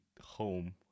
home